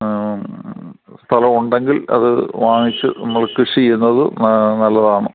സ്ഥലം ഉണ്ടെങ്കിൽ അത് വാങ്ങിച്ച് നമ്മൾ കൃഷി ചെയ്യുന്നത് നല്ലതാണ്